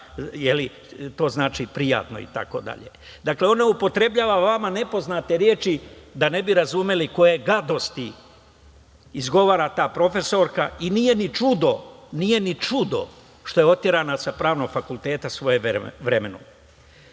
reč, a to znači prijatno itd. Dakle, ona upotrebljava vama nepoznate reči da ne bi razumeli koje gadosti izgovara ta profesorka i nije ni čudo što je oterana sa Pravnog fakulteta svojevremeno. Gospođo